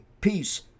peace